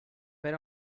per